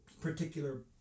particular